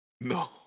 No